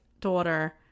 daughter